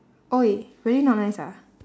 !oi! really not nice ah